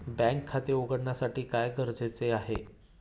बँकेत खाते उघडण्यासाठी काय गरजेचे आहे?